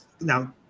now